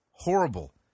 Horrible